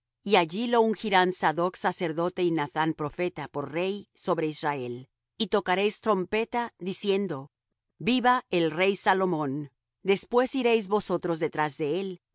y allí lo ungirán sadoc sacerdote y nathán profeta por rey sobre israel y tocaréis trompeta diciendo viva el rey salomón después iréis vosotros detrás de él